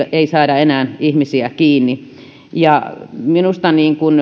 ei saada enää ihmisiä kiinni minusta